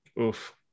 oof